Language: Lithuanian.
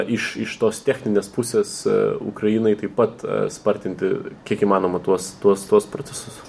iš iš tos techninės pusės ukrainai taip pat spartinti kiek įmanoma tuos tuos tuos procesus